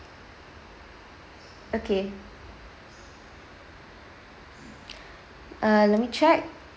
okay uh let me check